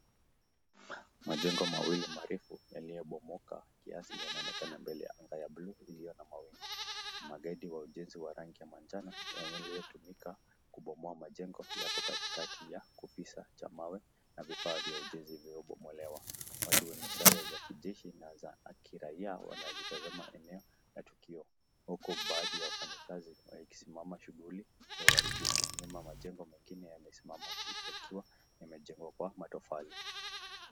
Majengo mawili marefu yaliyobomoka kiasi yanaonekana mbele ya anga ya bluu iliyo na mawingu. Magredi wa ujenzi wa rangi ya manjano yaliyotumika kubomoa majengo yapo katikati ya kifusi cha mawe na vifaa vya ujenzi vilivyobomolewa. Watu wenye sare za kijeshi na za kiraia wanalitazama eneo la tukio huku baadhi ya wafanyikazi wakisimamisha shughuli ya uharibifu. Nyuma majengo mengine yamesimama huku yakiwa yamejengwa kwa matofali.